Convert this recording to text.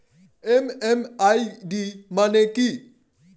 MMID মানে কি?